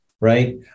right